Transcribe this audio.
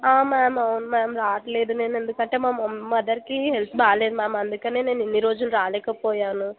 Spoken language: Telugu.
మ్యామ్ అవును మ్యామ్ రాట్లేదు నేను ఎందుకంటే మా మమ్ మదర్కి హెల్త్ బాలేదు మ్యామ్ అందుకని నేను ఇన్ని రోజులు రాలేకపోయాను